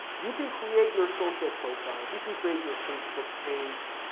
you can create your social profiles, you can create your facebook page,